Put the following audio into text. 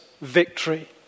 victory